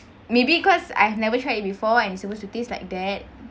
maybe cause I have never tried it before and it supposed to taste like that